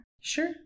Sure